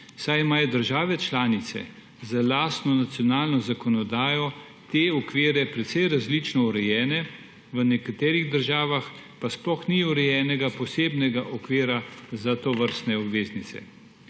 saj imajo države članice za lastno nacionalno zakonodajo te okvire precej različno urejene, v nekaterih državah pa sploh ni urejenega posebnega okvira za tovrstne obveznice.